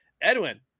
Edwin